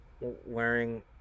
Wearing